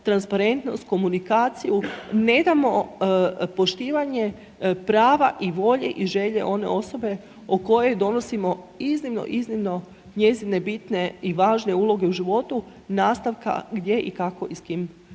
transparentnost, komunikaciju, ne damo poštivanje prava i volje i želje one osobe o kojoj donosimo iznimno, iznimno njezine bitne i važne uloge u životu, nastavka gdje i kako i s kim